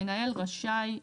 המנהל רשאי",